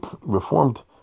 reformed